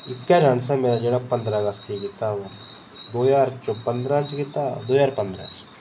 इक्कै डांस ऐ मेरा जेह्ड़ा पंदरा अगस्त गी कीता हा में दो ज्हार पंदरा च कीता हा दो ज्हार पंदरा च